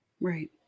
Right